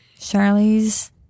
Charlie's